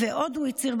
ועוד הצהיר,